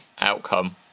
outcome